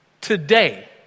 Today